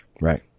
Right